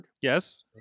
Yes